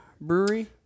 Brewery